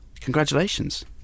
Congratulations